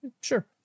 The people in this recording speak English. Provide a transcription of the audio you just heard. Sure